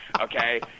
Okay